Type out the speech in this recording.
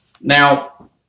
Now